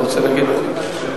אני רוצה להגיד לך.